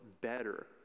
better